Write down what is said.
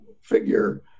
figure